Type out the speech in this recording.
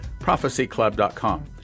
prophecyclub.com